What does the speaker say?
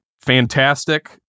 fantastic